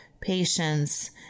patience